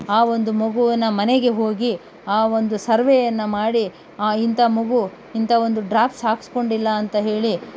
ಆ ಒಂದು ಮಗುವಿನ ಮನೆಗೆ ಹೋಗಿ ಆ ಒಂದು ಸರ್ವೇಯನ್ನು ಮಾಡಿ ಇಂಥ ಮಗು ಇಂಥ ಒಂದು ಡ್ರಾಪ್ಸ್ ಹಾಕಿಸ್ಕೊಂಡಿಲ್ಲ ಅಂತ ಹೇಳಿ